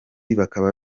bakaba